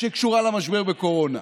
שקשורה למשבר בקורונה.